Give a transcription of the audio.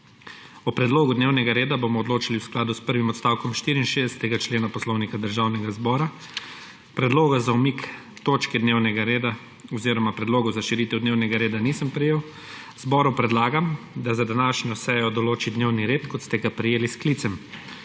O predlogu dnevnega reda bomo odločali v skladu s prvim odstavkom 64. člena Poslovnika Državnega zbora. Predloga za umik točke dnevnega reda oziroma predlogov za širitev dnevnega reda nisem prejel. Zboru predlagam, da za današnjo sejo določi dnevni red, ki ste ga prejeli s sklicem.